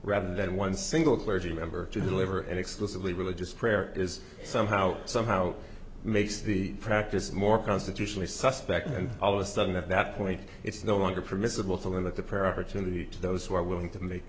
rather than one single clergy member to deliver an explicitly religious prayer is somehow somehow makes the practice more constitutionally suspect and all of a sudden at that point it's no longer permissible to limit the prayer opportunity to those who are willing to make